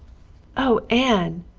oh, anne,